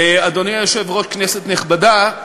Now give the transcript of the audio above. אדוני היושב-ראש, כנסת נכבדה,